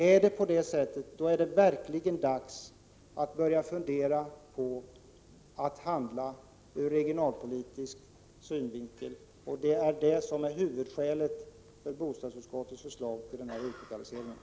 Är det på det sättet är det verkligen dags att börja fundera på att handla ur regionalpolitisk synvinkel. Det är regionalpolitiska skäl som är huvudskäl till bostadsutskottets förslag till utlokalisering.